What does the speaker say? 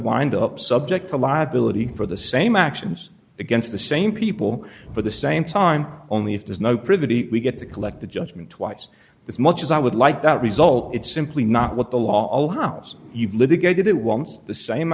wind up subject to liability for the same actions against the same people for the same time only if there's no privity we get to collect the judgment twice as much as i would like that result it's simply not what the law allows you to litigate it it wants the same